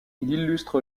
illustre